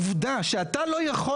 ועובדה שזה גם עבר ככה.